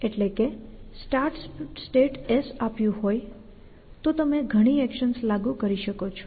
એટલે કે start state S આપ્યું હોય તો તમે ઘણી એક્શન્સ લાગુ કરી શકો છો